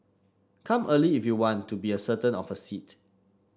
come early if you want to be a certain of a seat